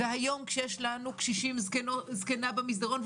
היום כשיש לנו זקנה במסדרון,